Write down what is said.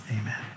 Amen